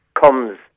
comes